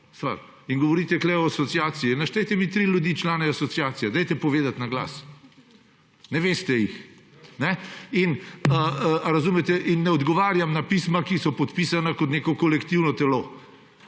In govorite tukaj o Asociaciji. Naštejte mi tri ljudi, člane Asociacije, povejte na glas. Ne veste jih. In ne odgovarjam na pisma, ki so podpisana kot neko kolektivno telo,